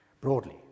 broadly